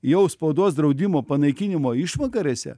jau spaudos draudimo panaikinimo išvakarėse